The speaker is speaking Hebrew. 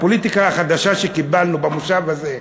הפוליטיקה החדשה שקיבלנו במושב הזה,